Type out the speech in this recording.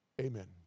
Amen